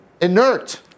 Inert